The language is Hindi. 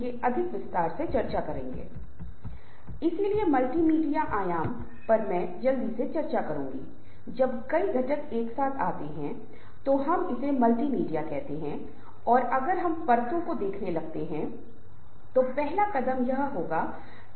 तो पूरा विचार यह है कि हमें यह समझना होगा कि समूह कैसे बनते हैं मनोविज्ञान क्या है किस प्रकार के सदस्यों की आवश्यकता होती है वे आपस में कैसा व्यवहार करते हैं और अंतिम लक्ष्य को प्राप्त करने के लिए किस तरह से मिलकर काम करते हैं